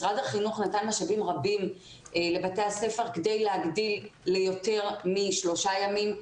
משרד החינוך נתן משאבים רבים לבתי הספר כדי להגדיל ליותר משלושה ימים,